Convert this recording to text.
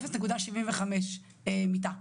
0.75 מיטה,